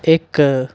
thick